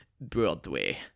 Broadway